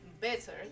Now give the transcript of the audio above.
better